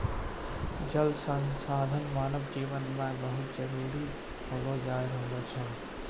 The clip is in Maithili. जल संसाधन मानव जिवन मे बहुत जरुरी होलो जाय रहलो छै